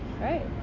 right